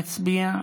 נא להצביע.